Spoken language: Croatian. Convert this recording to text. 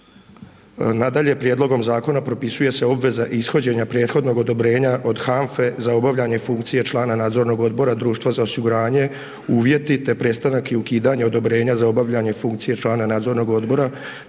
Nadalje, prijedlogom zakona propisuje se obveza ishođenja prethodnog odobrenja od HANFA-e za obavljanje funkcije člana nadzornog odbora, društva za osiguranje, uvjeti te prestanak i ukidanje odobrenja za obavljanje funkcije člana nadzornog odbora,